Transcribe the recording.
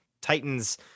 Titans